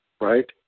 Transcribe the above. right